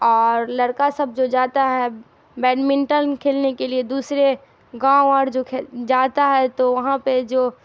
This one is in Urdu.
اور لڑکا سب جو جاتا ہے بیڈمنٹن کھیلنے کے لیے دوسرے گاؤں اور جو جاتا ہے تو وہاں پہ جو